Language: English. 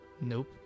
Nope